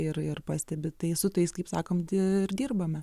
ir ir pastebi tai su tais kaip sakom dir dirbame